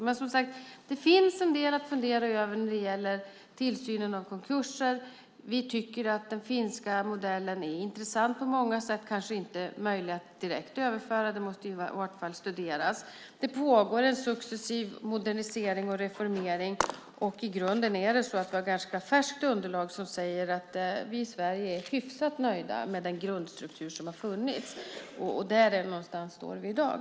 Men, som sagt, det finns en del att fundera över när det gäller tillsynen i konkurser. Vi tycker att den finska modellen är intressant på många sätt. Den kanske inte är möjlig att direkt överföra. Det måste i varje fall studeras. Det pågår en successiv modernisering och reformering, och i grunden har vi ganska färskt underlag som säger att vi i Sverige är hyfsat nöjda med den grundstruktur som har funnits. Där någonstans står vi i dag.